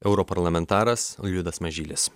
europarlamentaras liudas mažylis